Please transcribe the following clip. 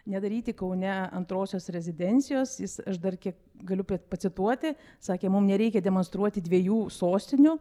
nedaryti kaune antrosios rezidencijos jis aš dar kiek galiu pacituoti sakė mum nereikia demonstruoti dviejų sostinių